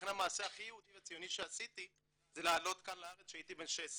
לכן המעשה הכי יהודי וציוני שעשיתי זה לעלות לארץ כשהייתי בן 16,